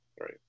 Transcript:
right